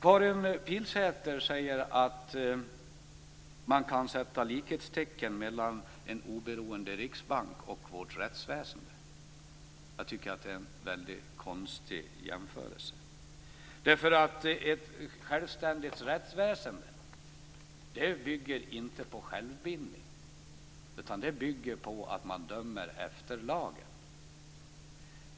Karin Pilsäter säger att man kan sätta likhetstecken mellan en oberoende riksbank och vårt rättsväsende. Jag tycker att det är en väldigt konstig jämförelse. Ett självständigt rättsväsende bygger ju inte på självbindning, utan det bygger på att man dömer efter lagen.